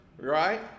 right